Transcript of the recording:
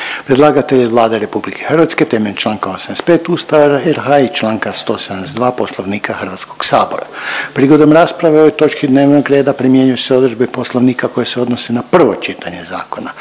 Predlagatelj je Vlada RH na temelju čl. 85. Ustava i čl. 172. Poslovnika HS. Prigodom rasprave o ovoj točki dnevnog reda primjenjuju se odredbe Poslovnika koje se odnose na prvo čitanje zakona.